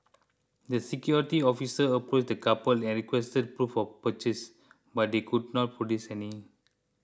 the security officer approached the couple and requested proof of purchase but they could not produce any